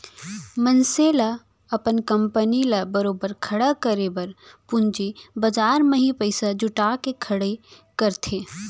मनसे ल अपन कंपनी ल बरोबर खड़े करे बर पूंजी बजार म ही पइसा जुटा के खड़े करथे